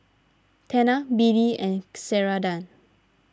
Tena B D and Ceradan